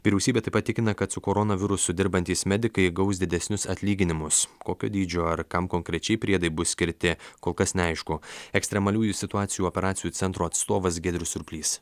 vyriausybė taip pat tikina kad su koronavirusu dirbantys medikai gaus didesnius atlyginimus kokio dydžio ar kam konkrečiai priedai bus skirti kol kas neaišku ekstremaliųjų situacijų operacijų centro atstovas giedrius surplys